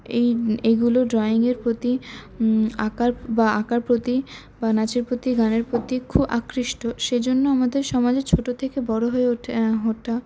এই এইগুলো ড্রইঙের প্রতি আঁকার বা আঁকার প্রতি বা নাচের প্রতি গানের প্রতি খুব আকৃষ্ট সে জন্য আমাদের সমাজে ছোটো থেকে বড়ো হয়ে ওঠা